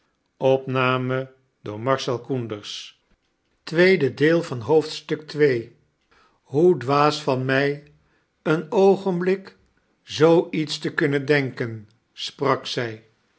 hoe dwaas van mij een oogenblik j zoo iets te kunnen denken sprak zij